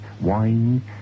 Wine